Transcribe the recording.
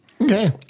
Okay